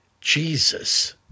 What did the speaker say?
Jesus